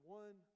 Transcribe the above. one